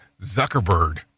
Zuckerberg